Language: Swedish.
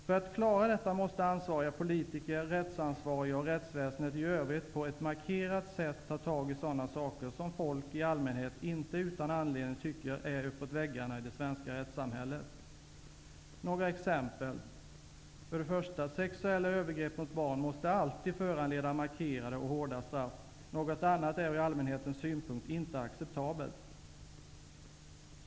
För att klara detta måste ansvariga politiker, rättsansvariga och rättsväsendet i övrigt på ett markerat sätt ta tag i sådana saker som folk i allmänhet, inte utan anledning, tycker är uppåt väggarna i det svenska rättssamhället. Några exempel: 1. Sexuella övergrepp mot barn måste alltid föranleda markerade och hårda straff. Något annat är ur allmänhetens synpunkt inte acceptabelt. 2.